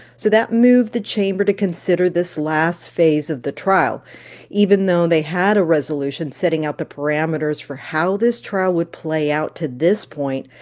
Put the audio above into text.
so that moved the chamber to consider this last phase of the trial even though they had a resolution setting out the parameters for how this trial would play out to this point,